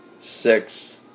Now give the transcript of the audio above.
six